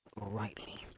rightly